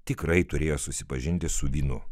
tikrai turėjo susipažinti su vynu